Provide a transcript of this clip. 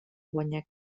guanyar